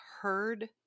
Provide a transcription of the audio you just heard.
heard